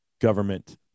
government